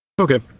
Okay